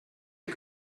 que